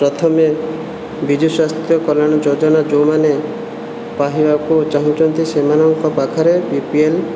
ପ୍ରଥମେ ବିଜୁ ସ୍ୱାସ୍ଥ୍ୟ କଲ୍ୟାଣ ଯୋଜନା ଯେଉଁମାନେ ପାଇବାକୁ ଚାହୁଁଛନ୍ତି ସେମାନଙ୍କ ପାଖରେ ବିପିଏଲ୍